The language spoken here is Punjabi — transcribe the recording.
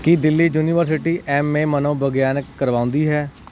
ਕੀ ਦਿੱਲੀ ਯੂਨੀਵਰਸੀਟੀ ਐਮਏ ਮਨੋਵਿਗਿਆਨਿਕ ਕਰਵਾਉਂਦੀ ਹੈ